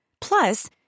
Plus